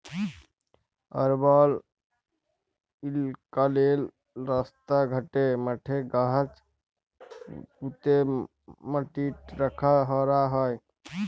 আরবাল ইলাকাললে রাস্তা ঘাটে, মাঠে গাহাচ প্যুঁতে ম্যাটিট রখ্যা ক্যরা হ্যয়